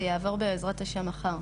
זה יעבור בעזרת ה' מחר.